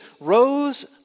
rose